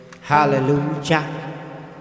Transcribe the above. Hallelujah